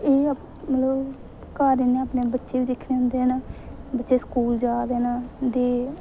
एह् मतलब घर इ'नें अपने बच्चे बी दिक्खने होंदे न बच्चे स्कूल जा दे न ते